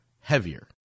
heavier